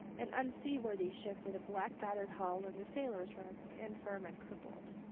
an unseaworthy ship with a black battered hull, and the sailors were infirm and crippled.